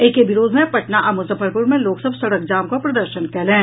एहि के विरोध मे पटना आ मुजफ्फरपुर मे लोक सभ सड़क जाम कऽ प्रदर्शन कयलनि